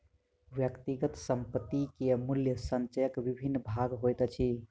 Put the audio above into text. व्यक्तिगत संपत्ति के मूल्य संचयक विभिन्न भाग होइत अछि